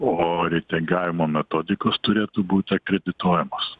o reitingavimo metodikos turėtų būti akredituojamos